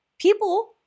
People